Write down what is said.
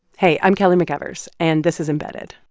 hey. i'm kelly mcevers. and this is embedded.